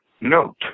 note